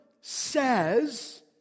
says